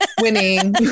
winning